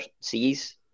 sees